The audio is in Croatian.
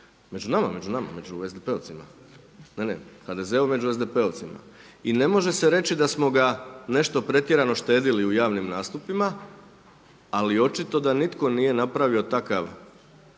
Među nama, među nama, među SDP-ovcima. HDZ-ov među SDP-ovcima i ne može se reći da smo ga pretjerano štedili u javnim nastupima, ali očito da nitko nije napravo takav